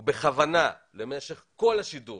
הוא בכוונה במשך כל השידור